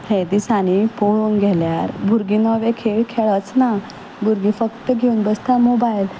हे दिसांनी पळोवंक गेल्यार भुरगीं नवे खेळ खेळच ना भुरगीं फक्त घेवन बसता मोबायल